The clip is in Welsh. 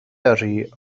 yrru